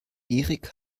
erik